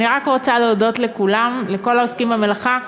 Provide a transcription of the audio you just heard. אני רק רוצה להודות לכולם, לכל העוסקים במלאכה,